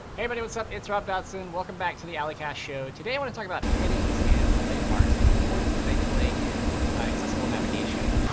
what's up? it's rob dodson. welcome back to the ally cast show. today, i want to talk about headings and landmarks the importance that they play in accessible navigation.